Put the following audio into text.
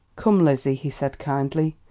come, lizzie, he said kindly,